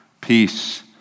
peace